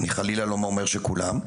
אני חלילה לא אומר שכולם,